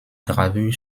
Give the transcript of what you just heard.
gravure